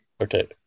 Okay